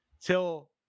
till